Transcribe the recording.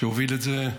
שהוביל את זה,